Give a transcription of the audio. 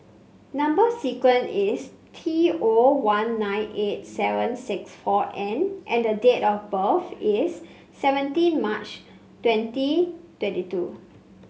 number sequence is T O one nine eight seven six four N and the date of birth is seventeen March twenty twenty two